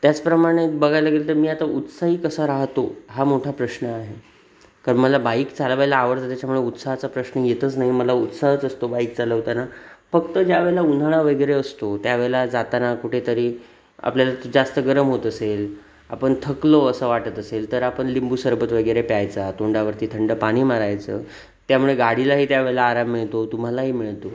त्याचप्रमाणे बघायला गेलं तर मी आता उत्साही कसा राहतो हा मोठा प्रश्न आहे कारण मला बाईक चालवायला आवडतं त्याच्यामुळे उत्साहाचा प्रश्न येतच नाही मला उत्साहच असतो बाईक चालवताना फक्त ज्यावेळेला उन्हाळा वगैरे असतो त्यावेळेला जाताना कुठेतरी आपल्याला जास्त गरम होत असेल आपण थकलो असं वाटत असेल तर आपण लिंबू शरबत वगैरे प्यायचं तोंडावरती थंड पाणी मारायचं त्यामुळे गाडीलाही त्यावेळेला आराम मिळतो तुम्हालाही मिळतो